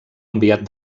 enviat